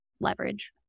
leverage